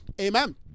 Amen